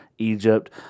Egypt